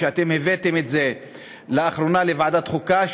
שאתם הבאתם את זה לאחרונה לוועדת החוקה,